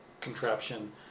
contraption